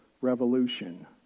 revolution